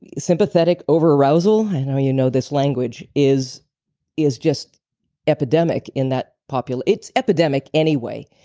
sympathetic over arousal. i know you know this language. is is just epidemic in that population. it's epidemic anyway,